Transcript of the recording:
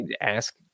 Ask